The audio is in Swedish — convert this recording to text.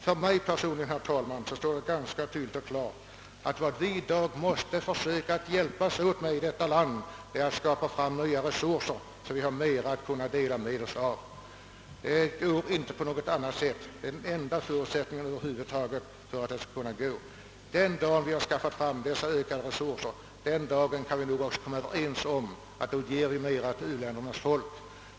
För mig personligen, herr talman, står det klart att vi i dag måste försöka hjälpas åt med att i detta land skapa nya resurser, så att vi får mera att dela med oss av. Det är enda möjligheten. Den dag vi skaffat fram dessa ökade resurser kan vi nog också komma överens om att ge mera till u-ländernas folk.